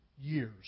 years